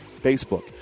facebook